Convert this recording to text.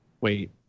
Wait